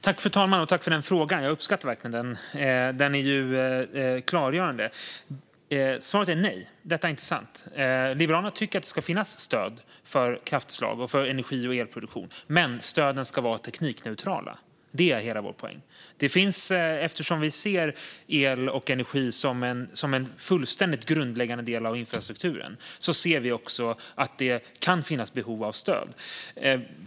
Fru talman! Tack, Rickard Nordin, för den frågan! Jag uppskattar den verkligen. Den är ju klargörande. Svaret är nej. Det är inte korrekt. Liberalerna tycker att det ska finnas stöd för kraftslag och för energi och elproduktion, men stöden ska vara teknikneutrala. Det är hela vår poäng. Vi ser el och energi som en fullständigt grundläggande del av infrastrukturen. Därför ser vi också att det kan finnas behov av stöd.